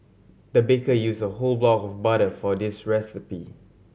the baker use a whole block of butter for this recipe